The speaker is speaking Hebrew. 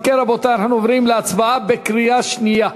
אם כן, רבותי, אנחנו עוברים להצבעה בקריאה שנייה.